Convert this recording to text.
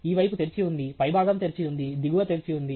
ఈ వైపు తెరిచి ఉంది పైభాగం తెరిచి ఉంది దిగువ తెరిచి ఉంది